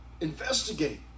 Investigate